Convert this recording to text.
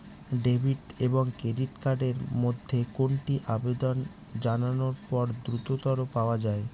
Debit এবং credit card এর মধ্যে কোনটি আবেদন জানানোর পর দ্রুততর পাওয়া য়ায়?